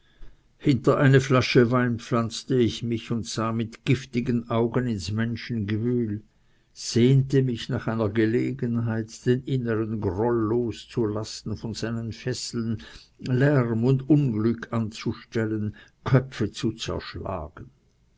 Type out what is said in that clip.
hinter eine flasche wein pflanzte ich mich und sah mit giftigen augen ins menschengewühl sehnte mich nach einer gelegenheit den innern groll loszulassen von seinen fesseln lärm und unglück anzustellen köpfe zu zerschlagen